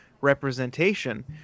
representation